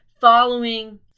following